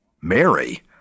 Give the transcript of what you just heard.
Mary